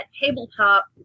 tabletop